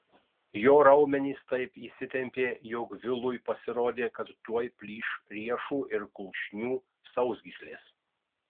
jo raumenys taip įsitempė jog vilui pasirodė kad tuoj plyš riešų ir kulkšnių sausgyslės